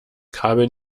kabel